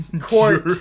Court